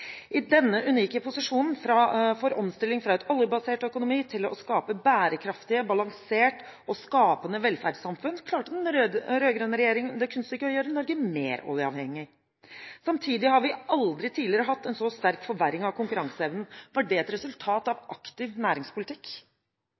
I denne unike posisjonen for omstilling fra en oljebasert økonomi til å skape bærekraftige, balanserte og skapende velferdssamfunn, klarte den rød-grønne regjeringen det kunststykket å gjøre Norge mer oljeavhengig. Samtidig har vi aldri tidligere hatt en så sterk forverring av konkurranseevnen. Var det et resultat av